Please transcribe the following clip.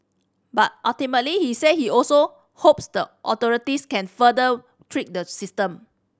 but ultimately he said he also hopes the authorities can further tweak the system